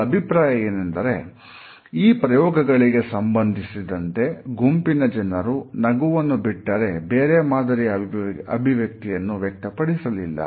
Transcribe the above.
ಅವರ ಅಭಿಪ್ರಾಯ ಏನೆಂದರೆ "ಈ ಪ್ರಯೋಗಗಳಿಗೆ ಸಂಬಂಧಿಸಿದಂತೆ ಗುಂಪಿನ ಜನರು ನಗುವನ್ನು ಬಿಟ್ಟರೆ ಬೇರೆ ಮಾದರಿಯ ಅಭಿವ್ಯಕ್ತಿಯನ್ನು ವ್ಯಕ್ತಪಡಿಸಲಿಲ್ಲ